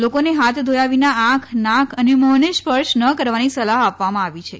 લોકોને હાથ ધોયા વિના આંખ નાક અને મ્ફોને સ્પર્શ ન કરવાની સલાહ આપવામાં આવી છે